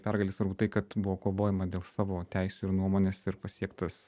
pergalei svarbu tai kad buvo kovojama dėl savo teisių ir nuomonės ir pasiektas